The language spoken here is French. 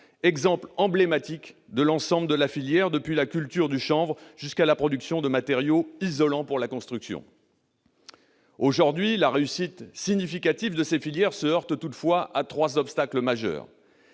emblématique de l'ensemble de la filière, depuis la culture du chanvre jusqu'à la production de matériaux isolants pour la construction. Aujourd'hui, la réussite significative de ces filières se heurte toutefois à trois obstacles majeurs